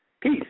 peace